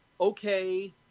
okay